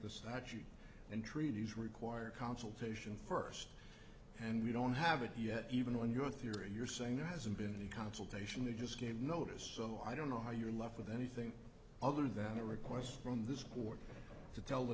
statute and treaties require consultation first and we don't have it yet even on your theory you're saying there hasn't been the consultation you just gave notice so i don't know how you're left with anything other than a request from this court to tell the